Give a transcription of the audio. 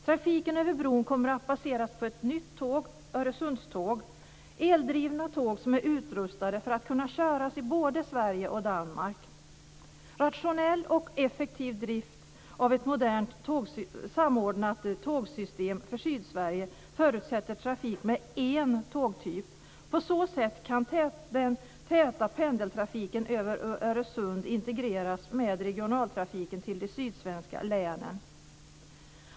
Trafiken över bron kommer att baseras på ett nytt tåg, Öresundståg, och det är ett eldrivet tåg, som är utrustat för att kunna köras i både Sverige och Danmark. Rationell och effektiv drift av ett modernt samordnat tågsystem för Sydsverige förutsätter trafik med en tågtyp. På så sätt kan den täta pendeltrafiken över Öresund integreras med regionaltrafiken till de sydsvenska länen.